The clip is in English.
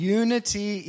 unity